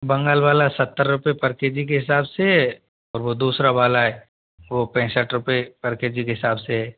बंगाल वाला सत्तर रुपए पर के जी के हिसाब से और वो दूसरा वाला है वो पैंसठ रुपए पर के जी के हिसाब से